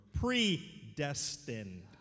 Predestined